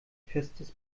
festes